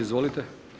Izvolite.